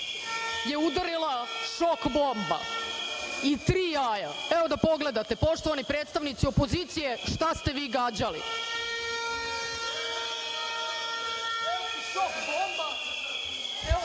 je udarila šok bomba i tri jaja. Evo, da pogledate, poštovani predstavnici opozicije, šta ste vi gađali. Evo šok bomba i evo gore jaje.